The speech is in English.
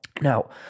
Now